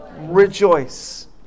rejoice